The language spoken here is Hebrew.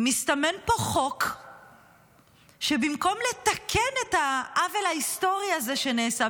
מסתמן פה חוק שבמקום לתקן את העוול ההיסטורי הזה שנעשה,